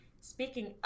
Speaking